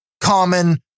common